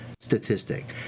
Statistic